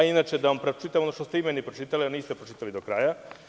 Inače da vam pročitam ono što ste vi meni pročitali, a niste pročitali do kraja.